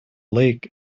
lake